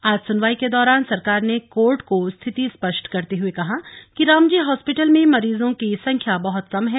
आज सुनवाई के दौरान सरकार ने कोर्ट को स्थिति स्पष्ट करते हुए कहा कि रामजे हॉस्पिटल में मरीजों की संख्या बहुत कम है